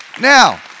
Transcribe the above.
Now